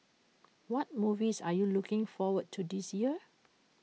what movies are you looking forward to this year